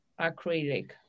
acrylic